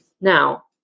Now